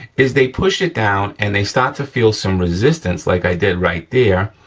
is they push it down, and they start to feel some resistance, like i did right there,